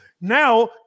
now